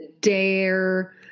dare